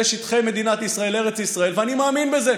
זה שטחי מדינת ישראל, ארץ ישראל, ואני מאמין בזה.